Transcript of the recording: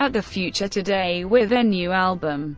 at the future today with a new album.